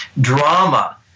drama